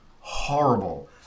horrible